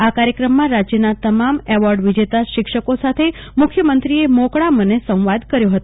આ કાર્યક્રમમાં રાજયના તમામ એવોડ વિજતા શિક્ષકો સાથે મુખ્યમંત્રો એ મોકળા મને સંવાદ કર્યો હતો